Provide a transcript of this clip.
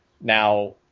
Now